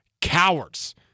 cowards